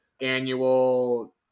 annual